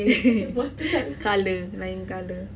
colour lain colour